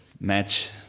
match